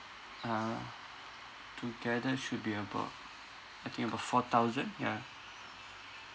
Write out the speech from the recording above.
uh together should be about I think about four thousand yeah